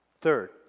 Third